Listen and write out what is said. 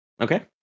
Okay